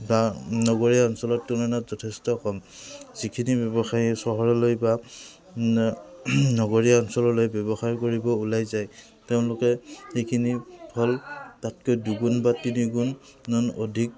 বা নগৰীয়া অঞ্চলৰ তুলনাত যথেষ্ট কম যিখিনি ব্যৱসায়ী চহৰলৈ বা নগৰীয়া অঞ্চললৈ ব্যৱসায় কৰিব ওলাই যায় তেওঁলোকে সেইখিনি ফল তাতকৈ দুগুণ বা তিনি গুণ অধিক